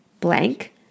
blank